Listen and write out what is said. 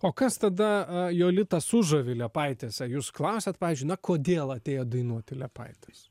o kas tada jolita sužavi liepaitėse jūs klausėt pavyzdžiui na kodėl atėjot dainuot į liepaites